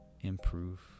improve